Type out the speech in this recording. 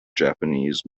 japanese